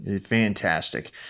Fantastic